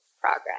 progress